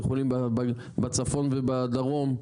יכולים בצפון ובדרום,